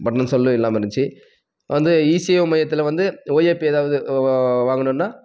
button செல்லும் இல்லாமல் இருந்துச்சு வந்து இசேவை மையத்தில் வந்து ஓஏபி எதாவது வாங்கணும்னா